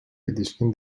ilişkin